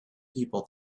people